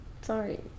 Sorry